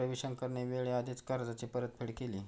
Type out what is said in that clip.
रविशंकरने वेळेआधीच कर्जाची परतफेड केली